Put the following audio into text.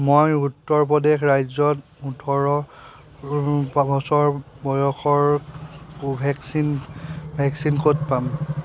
মই উত্তৰ প্ৰদেশ ৰাজ্যত ওঠৰ বছৰ বয়সৰ কোভেক্সিন ভেকচিন ক'ত পাম